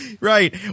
Right